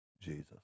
Jesus